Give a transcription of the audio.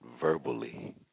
verbally